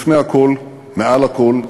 לפני הכול, מעל הכול,